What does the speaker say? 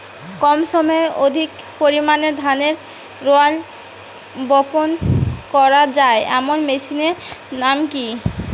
কম সময়ে অধিক পরিমাণে ধানের রোয়া বপন করা য়ায় এমন মেশিনের নাম কি?